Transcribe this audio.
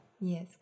Yes